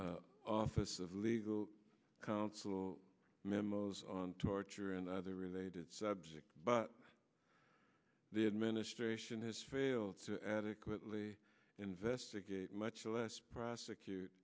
flawed office of legal counsel memos on torture and other related subjects but the administration has failed to adequately investigate much less prosecute